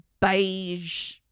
beige